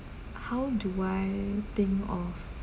how do I think of